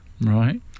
Right